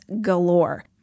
galore